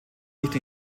nicht